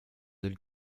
ailes